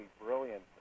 brilliant